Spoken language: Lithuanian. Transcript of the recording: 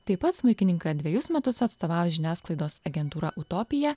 taip pat smuikininką dvejus metus atstovavęs žiniasklaidos agentūra utopija